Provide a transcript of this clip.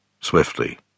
swiftly